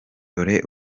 dore